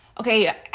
okay